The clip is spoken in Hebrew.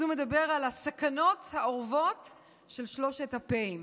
אז הוא מדבר על הסכנות האורבות של שלוש הפ"אים,